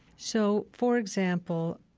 so, for example,